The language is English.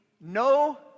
no